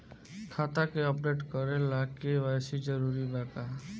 खाता के अपडेट करे ला के.वाइ.सी जरूरी बा का?